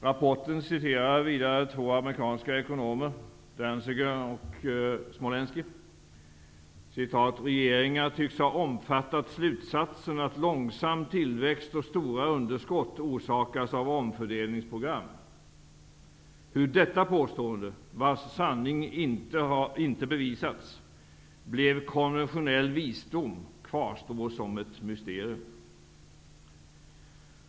Rapporten citerar vidare två amerikanska ekonomer vid namn Danziger och Smolensky: ''Regeringar tycks ha omfattat slutsatsen att långsam tillväxt och stora underskott orsakas av omfördelningsprogram. Hur detta påstående -- vars sanning inte bevisats -- blev konventionell visdom kvarstår som ett mysterium.''